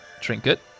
trinket